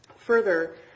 Further